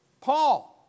Paul